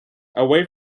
away